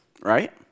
right